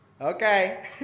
Okay